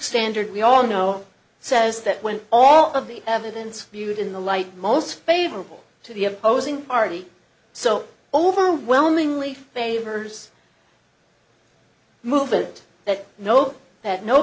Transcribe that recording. standard we all know says that when all of the evidence viewed in the light most favorable to the opposing party so overwhelmingly favors move it that note that no